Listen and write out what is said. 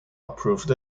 approved